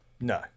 no